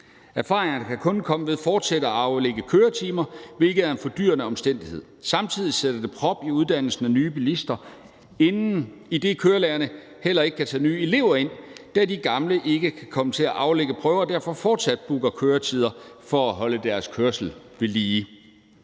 Erfaringerne kan kun komme ved fortsat at aflægge køretimer, hvilket er en fordyrende omstændighed. Samtidig sætter det prop i uddannelsen af nye bilister, idet kørelærerne heller ikke kan tage nye elever ind, da de gamle ikke kan komme til at aflægge prøver og derfor fortsat booker køretider for at holde deres kørsel ved lige.